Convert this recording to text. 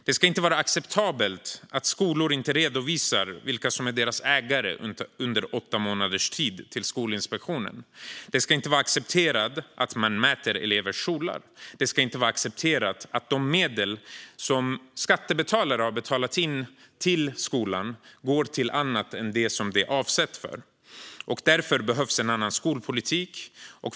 Det ska inte vara acceptabelt att skolor under åtta månaders tid till Skolinspektionen inte redovisar vilka som är deras ägare. Det ska inte vara accepterat att man mäter elevers kjolar. Det ska inte vara accepterat att de medel som skattebetalare har betalat in till skolan går till annat än det som de är avsedda för. Därför behövs en annan skolpolitik.